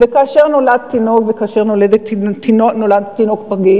וכאשר נולד תינוק פג.